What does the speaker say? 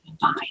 fine